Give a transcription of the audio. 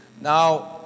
Now